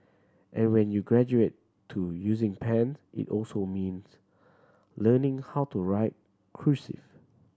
and when you graduate to using pen it also means learning how to write cursive